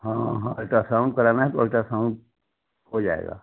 हाँ हाँ अल्ट्रासाउंड करना है तो अल्ट्रासाउंड हो जाएगा